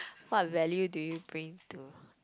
what value do you bring to